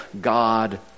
God